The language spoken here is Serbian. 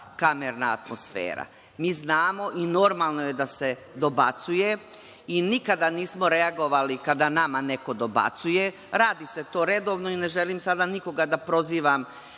kamerna atmosfera. Mi znamo i normalno je da se dobacuje i nikada nismo reagovali kada neko nama dobacuje. Radi se to redovno i ne želim sada nikoga da prozivam